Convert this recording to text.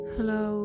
Hello